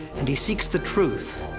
and he seeks the truth.